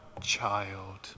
child